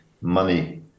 money